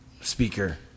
speaker